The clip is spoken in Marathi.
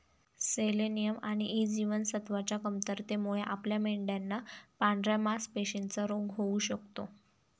सेलेनियम आणि ई जीवनसत्वच्या कमतरतेमुळे आपल्या मेंढयांना पांढऱ्या मासपेशींचा रोग होऊ शकतो